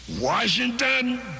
Washington